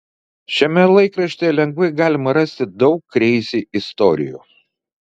šiame laikraštyje lengvai galima rasti daug kreizi istorijų